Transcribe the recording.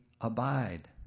abide